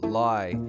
lie